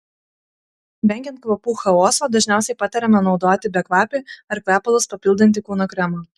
vengiant kvapų chaoso dažniausiai patariama naudoti bekvapį ar kvepalus papildantį kūno kremą